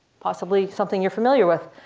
possibly something you're familiar with.